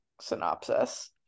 synopsis